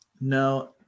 No